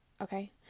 Okay